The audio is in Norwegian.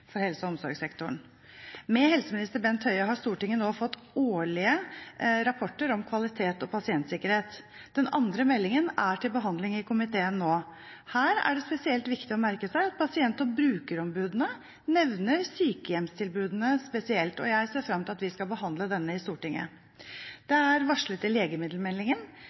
for helse- og omsorgssektoren. Med helseminister Bent Høie har Stortinget nå fått årlige rapporter om kvalitet og pasientsikkerhet. Den andre meldingen er til behandling i komiteen nå. Her er det spesielt viktig å merke seg at pasient- og brukerombudene nevner sykehjemstilbudene spesielt, og jeg ser fram til at vi skal behandle denne i Stortinget. Det er varslet i legemiddelmeldingen,